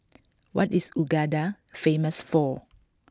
what is Uganda famous for